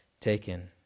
taken